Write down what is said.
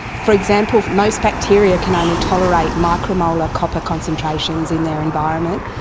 for example, most bacteria can only tolerate micromolar copper concentrations in their environment.